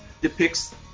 depicts